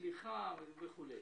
מצליחה וכו'.